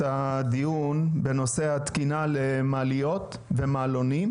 הדיון בנושא התקינה למעליות ומעלונים,